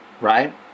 right